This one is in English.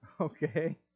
Okay